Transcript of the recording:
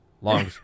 Long